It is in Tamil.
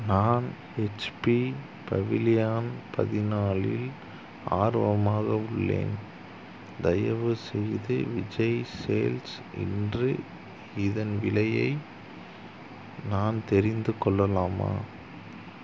நான் ஹெச்பி பவிலியான் பதினாலில் ஆர்வமாக உள்ளேன் தயவுசெய்து விஜய் சேல்ஸ் இன்று இதன் விலையை நான் தெரிந்துக்கொள்ளலாமா